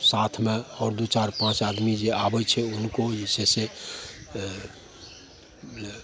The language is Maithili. साथमे आओर दुइ चारि पाँच आदमी जे आबै छै हुनको जे छै से